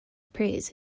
praise